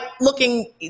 looking